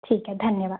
ठीक है धन्यवाद